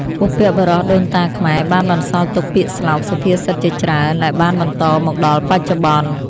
បុព្វបុរសដូនតាខ្មែរបានបន្សល់ទុក ពាក្យស្លោក សុភាសិតជាច្រើន ដែលបានបន្តមកដល់បច្ចុប្បន្ន។